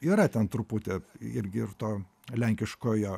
yra ten truputį irgi ir to lenkiškojo